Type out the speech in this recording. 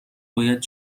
باید